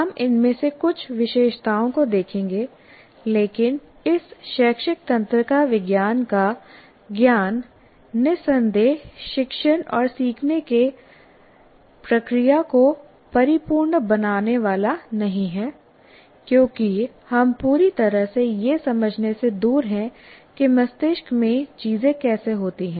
हम इनमें से कुछ विशेषताओं को देखेंगे लेकिन इस शैक्षिक तंत्रिका विज्ञान का ज्ञान निस्संदेह शिक्षण और सीखने की प्रक्रिया को परिपूर्ण बनाने वाला नहीं है क्योंकि हम पूरी तरह से यह समझने से दूर हैं कि मस्तिष्क में चीजें कैसे होती हैं